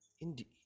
Indeed